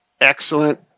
excellent